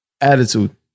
attitude